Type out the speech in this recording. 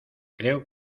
creo